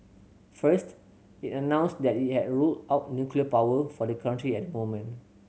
first it announced that it had ruled out nuclear power for the country at the moment